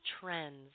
trends